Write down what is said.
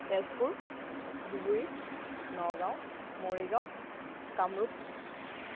Tezpur Dhubri Nagaon Morigaon Kamrup